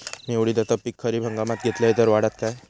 मी उडीदाचा पीक खरीप हंगामात घेतलय तर वाढात काय?